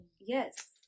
Yes